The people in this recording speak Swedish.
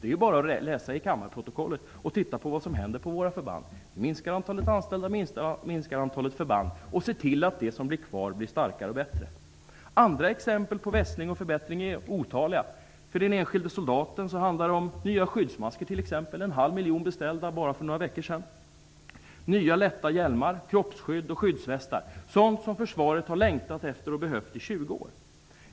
Det är ju bara att läsa kammarens protokoll och att studera vad som händer på våra förband. Nu minskar antalet anställda och antalet förband. Då gäller det att se till att det som blir kvar blir starkare och bättre. Det finns otaliga andra exempel på vässning och förbättringar. För den enskilde soldaten handlar det t.ex. om nya skyddsmasker. 0,5 miljoner skyddsmasker beställdes för bara några veckor sedan. Nya lätta hjälmar, kroppsskydd och skyddsvästar är annat som försvaret har längtat efter och behövt i 20 år.